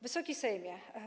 Wysoki Sejmie!